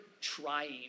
trying